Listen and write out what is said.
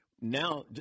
Now